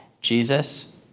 Jesus